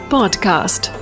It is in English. Podcast